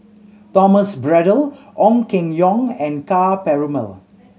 Thomas Braddell Ong Keng Yong and Ka Perumal